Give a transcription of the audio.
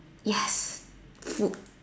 yes food